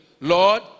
Lord